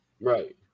Right